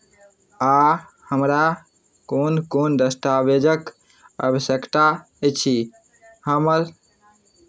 आ हमरा कोन कोन दस्तावेजक आवश्यकता अछि हमर